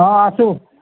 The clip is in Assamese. অ' আছোঁ